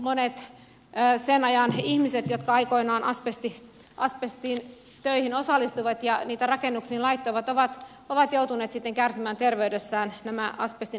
monet sen ajan ihmiset jotka aikoinaan asbestitöihin osallistuivat ja sitä rakennuksiin laittoivat ovat joutuneet sitten kärsimään terveydessään nämä asbestin aiheuttamat ongelmat